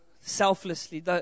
selflessly